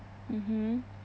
mmhmm